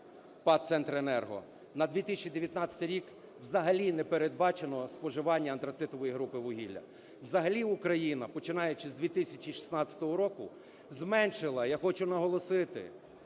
ПАТ "Центренерго" на 2019 рік взагалі не передбачено споживання антрацитової групи вугілля. Взагалі Україна, починаючи з 2016 року, зменшила, я хочу наголосити,